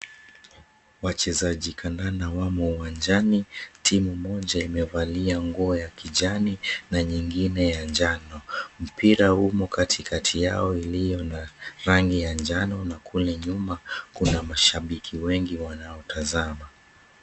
Wachezaji kandanda wamo uwanjani, timu moja imevalia nguo ya kijani na nyingine ya njano. Mpira umo katikati yao iliyo na rangi ya njano na kule nyuma kuna mashabiki wengi wanaotazama.